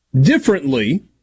differently